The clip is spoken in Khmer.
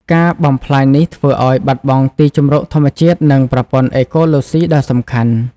ការបំផ្លាញនេះធ្វើឲ្យ បាត់បង់ទីជម្រកធម្មជាតិ និង ប្រព័ន្ធអេកូឡូស៊ី ដ៏សំខាន់។